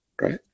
right